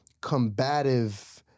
combative